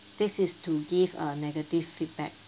this is to give a negative feedback